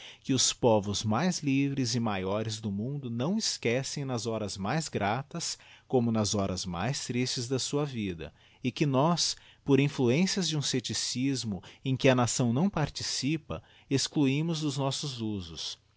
que os povos mais livres e maiores do mundo não esquecem nas horas mais gratas como nas horas mais tristes da sua vida eque nós por influencias de um scepticismo em que a nação não participa excluimos dos nossos usos